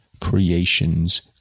Creation's